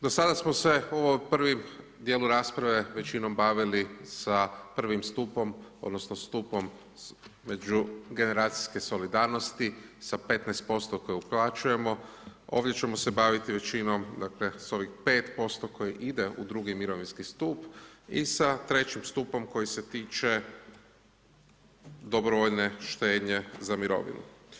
Do sada smo se u ovom prvom djelu rasprave većinom bavili sa I. stupom, odnosno stupom međugeneracijske solidarnosti sa 15% koje uplaćujemo, ovdje ćemo se baviti većinom s ovih 5% koji ide u drugi mirovinski stup i sa III. stupom koji se tiče dobrovoljne štednje za mirovinu.